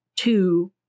two